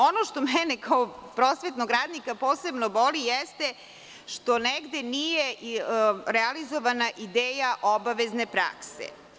Ono što mene kao prosvetnog radnika posebno boli jeste što negde nije realizovana ideja obavezne prakse.